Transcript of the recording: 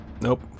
Nope